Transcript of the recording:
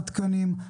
התקנים,